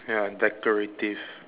ya decorative